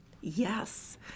Yes